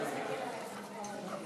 בעד.